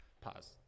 Pause